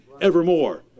evermore